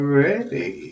ready